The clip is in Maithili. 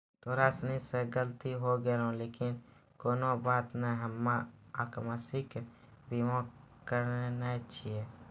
तोरा से गलती होय गेलै लेकिन कोनो बात नै हम्मे अकास्मिक बीमा करैने छिये